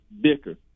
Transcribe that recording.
bicker